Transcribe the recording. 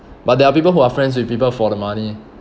but there are people who are friends with people for the money